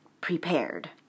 prepared